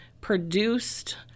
produced